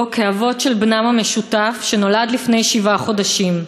כאבות של בנם המשותף שנולד לפני שבעה חודשים.